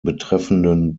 betreffenden